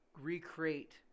recreate